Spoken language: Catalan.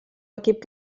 equip